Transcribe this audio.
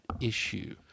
issue